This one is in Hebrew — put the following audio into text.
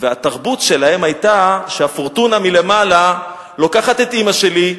והתרבות שלהם היתה שפורטונה מלמעלה לוקחת את אמא שלי,